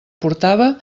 portava